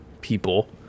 people